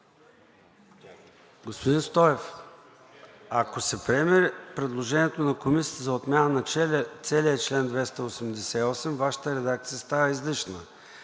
Господин Стоев, ако се приеме предложението на Комисията за отмяна на целия чл. 288, Вашата редакция става излишна.